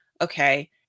Okay